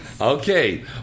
Okay